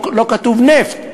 לא כתוב נפט,